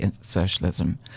socialism